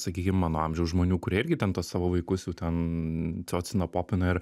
sakykim mano amžiaus žmonių kurie irgi ten tuos savo vaikus jau ten ciocina popina ir